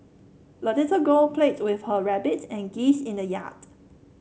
the little girl played with her rabbit and geese in the yard